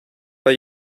bei